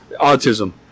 autism